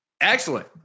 excellent